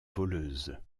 voleuse